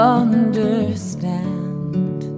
understand